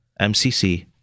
MCC